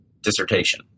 dissertation